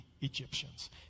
egyptians